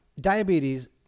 diabetes